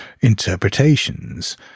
interpretations